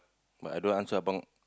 but I don't answer abang